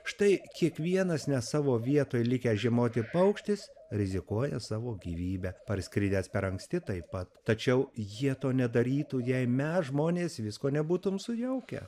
štai kiekvienas ne savo vietoj likęs žiemoti paukštis rizikuoja savo gyvybe parskridęs per anksti taip pat tačiau jie to nedarytų jei mes žmonės visko nebūtum sujaukę